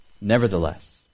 Nevertheless